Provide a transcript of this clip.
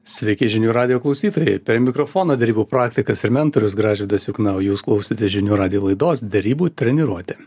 sveiki žinių radijo klausytojai per mikrofono derybų praktikas ir mentorius gražvydas jukna o jūs klausote žinių radijo laidos derybų treniruotė